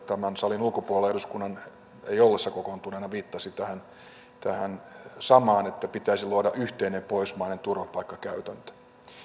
tämän salin ulkopuolella eduskunnan ei ollessa kokoontuneena viittasi tähän tähän samaan että pitäisi luoda yhteinen pohjoismainen turvapaikkakäytäntö